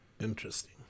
Interesting